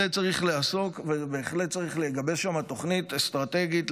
זה צריך להיעשות ובהחלט צריך לגבש שם תוכנית אסטרטגית,